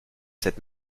cette